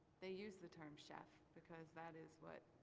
they use the term chef because that is what,